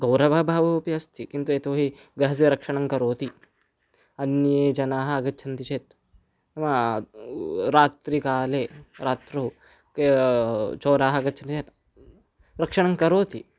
गौरवः भावः अपि अस्ति किन्तु यतो हि गृहस्य रक्षणं करोति अन्ये जनाः आगच्छन्ति चेत् नाम रात्रिकाले रात्रौ चोराः गच्छन्ति चेत् रक्षणं करोति